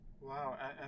Wow